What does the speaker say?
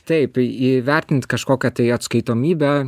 taip įvertint kažkokią tai atskaitomybę